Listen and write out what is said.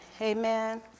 Amen